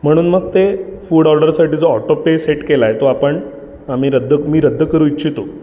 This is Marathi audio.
म्हणून मग ते फूड ऑर्डरसाठी जो ऑटो पे सेट केला आहे तो आपण आम्ही रद्द मी रद्द करू इच्छितो